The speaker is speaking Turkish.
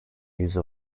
yüzü